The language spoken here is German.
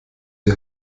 die